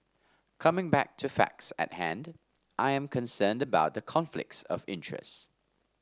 coming back to facts at hand I am concerned about the conflicts of interest